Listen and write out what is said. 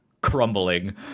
crumbling